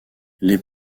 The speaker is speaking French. les